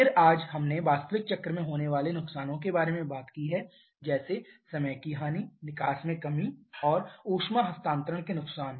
फिर आज हमने वास्तविक चक्र में होने वाले नुकसानों के बारे में बात की है जैसे समय की हानि निकास में कमी और ऊष्मा हस्तांतरण के नुकसान